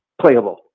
playable